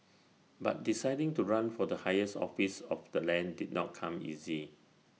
but deciding to run for the highest office of the land did not come easy